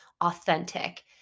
authentic